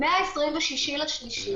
רק כדי לסבר את האוזן,